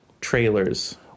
trailers